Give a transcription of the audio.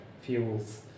fuels